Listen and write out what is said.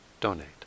donate